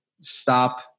Stop